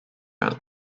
out